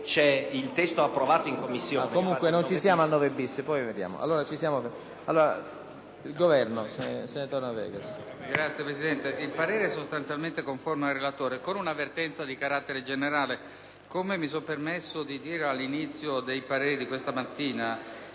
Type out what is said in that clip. il parere è sostanzialmente conforme al relatore con una avvertenza di carattere generale. Come mi sono permesso di dire all'inizio, è vero che il